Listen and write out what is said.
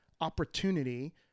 opportunity